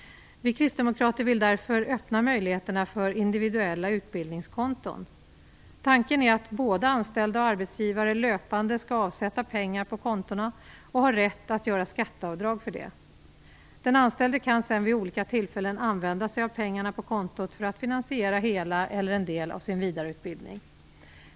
Vi kristdemokrater vill därför öppna möjligheterna för individuella utbildningskonton. Tanken är att både anställda och arbetsgivare löpande skall avsätta pengar på kontona och ha rätt att göra skatteavdrag för det. Den anställde kan sedan vid olika tillfällen använda sig av pengarna på kontot för att finansiera hela eller en del av sin vidareutbildning.